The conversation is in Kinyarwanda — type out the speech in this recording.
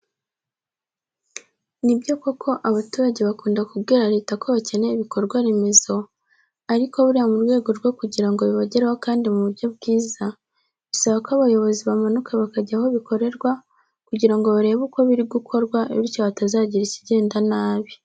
Ni byo koko abaturage bakunda kubwira Leta ko bakeneye ibikorwa remezo ariko buriya mu rwego rwo kugira ngo bibagereho kandi mu buryo bwiza, bisaba ko abayobozi bamanuka bakajya aho bikorerwa kugira ngo barebe uko biri gukorwa bityo hatazagira ikigenda nabi.